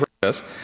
process